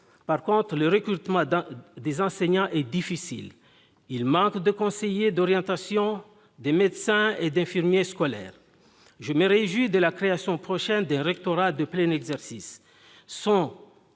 Par contre, le recrutement des enseignants est difficile et nous manquons de conseillers d'orientation, de médecins et d'infirmiers scolaires. Je me réjouis de la création prochaine d'un rectorat de plein exercice.